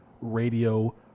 radio